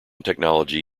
technology